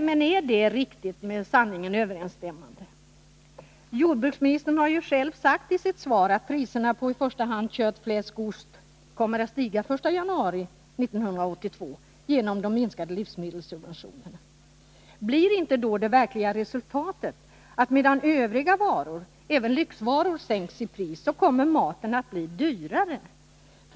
Men är det riktigt med sanningen överensstämmande? Jordbruksministern har ju själv i sitt svar sagt att priserna på i första hand kött, fläsk och ost kommer att stiga den 1 januari 1982 genom minskade livsmedelssubventioner. Blir då inte det verkliga resultatet att medan övriga varor, även lyxvaror, sänks i pris, kommer maten att bli dyrare?